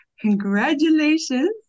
Congratulations